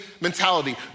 mentality